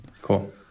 Cool